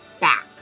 back